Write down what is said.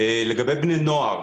לגבי בני נוער.